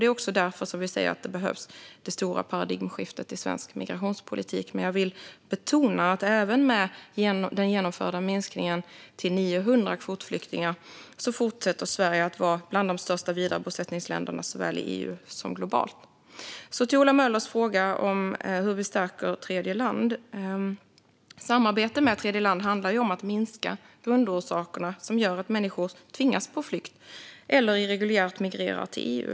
Det är också därför som vi ser att det stora paradigmskiftet behövs i svensk migrationspolitik. Men jag vill betona att Sverige även med den genomförda minskningen till 900 kvotflyktingar fortsätter att vara bland de största vidarebosättningsländerna såväl i EU som globalt. Så till Ola Möllers fråga om hur vi stärker tredjeländer! Samarbete med tredjeländer handlar om att minska grundorsakerna till att människor tvingas på flykt eller irreguljärt migrerar till EU.